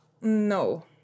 No